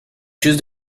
choose